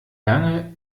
lange